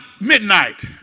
midnight